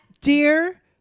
dear